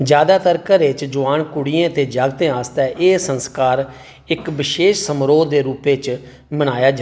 जैदातर घरें च जोआन कुड़ियें ते जागतें आस्तै एह् संस्कार इक बशेश समारोह् दे रूपै च मनाया जा